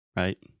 right